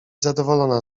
zadowolona